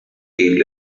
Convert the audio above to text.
kill